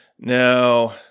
Now